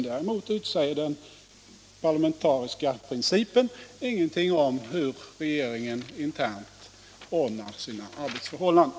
Däremot utsäger den parlamentariska principen ingenting om hur regeringen internt skall ordna sina arbetsförhållanden.